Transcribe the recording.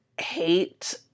hate